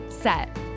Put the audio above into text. set